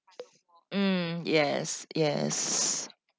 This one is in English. mm yes yes